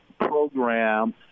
program